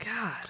God